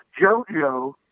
JoJo